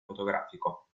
fotografico